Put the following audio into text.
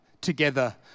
together